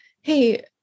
Hey